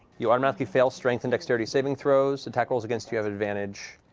you automatically fail strength and dexterity saving throws, attack rolls against you have advantage,